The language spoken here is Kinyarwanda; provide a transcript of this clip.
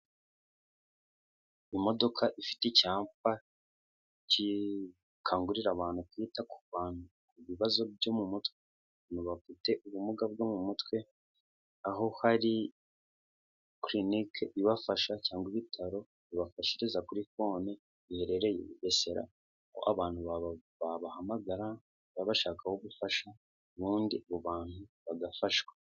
Imodoka ifite icyapa kikangurira abantu kwita ku bantu ku bibazo byo mu mutwe abantu bafite ubumuga bwo mu mutwe aho hari clinic ibafasha cyangwa ibitaro bibafashiriza kuri fone biherereye i Bugesera ko abantu babahamagara baba bashaka abo gufasha ubundi abo bantu bagafashwa.